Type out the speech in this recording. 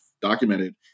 documented